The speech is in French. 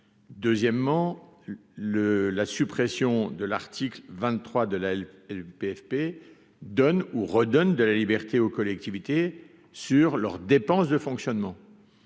deuxièmement le la suppression de l'article 23 de l'aile, PFP donne ou redonne de la liberté aux collectivités sur leurs dépenses de fonctionnement,